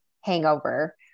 hangover